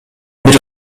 бир